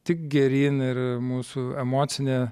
tik geryn ir mūsų emocinė